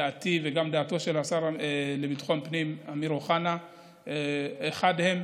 דעתי וגם דעתו של השר לביטחון פנים אמיר אוחנה אחת הן,